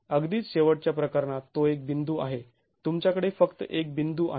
अगदीच शेवटच्या प्रकरणात तो एक बिंदू आहे तुमच्याकडे फक्त एक बिंदू आहे